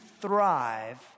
thrive